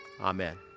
amen